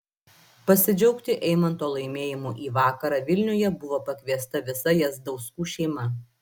pasidžiaugti eimanto laimėjimu į vakarą vilniuje buvo pakviesta visa jazdauskų šeima